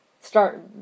start